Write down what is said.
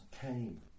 came